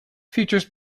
features